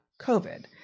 COVID